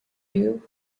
you